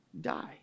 die